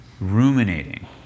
ruminating